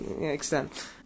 extent